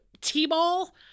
t-ball